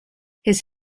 his